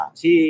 si